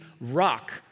rock